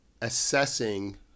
assessing